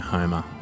Homer